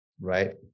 Right